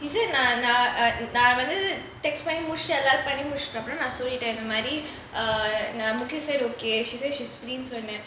he say na~ na~ uh na~ பண்ணி முடிச்சீட்டேன் எல்லாம் முடிச்சிட்டேன் அப்புறம் சொன்னேன்:panni mudichittaen ellaam mudichittaen appuram sonnaen text uh mukid say okay she say she's free so na~